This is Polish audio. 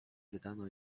wydano